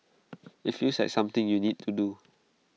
IT feels like something you need to do